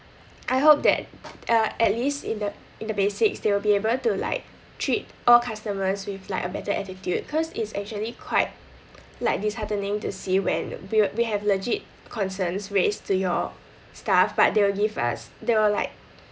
I hope that uh at least in the in the basics they will be able to like treat all customers with like a better attitude cause it's actually quite like disheartening to see when we were we have legit concerns raised to your staff but they will give us they were like